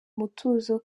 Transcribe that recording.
umutuzo